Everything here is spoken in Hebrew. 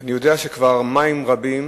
אני יודע שכבר מים רבים